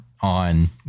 on